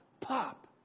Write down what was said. pop